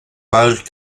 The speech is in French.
page